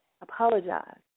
apologize